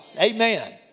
Amen